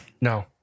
no